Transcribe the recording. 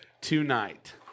tonight